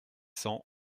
cents